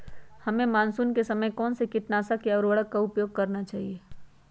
हमें मानसून के समय कौन से किटनाशक या उर्वरक का उपयोग करना चाहिए?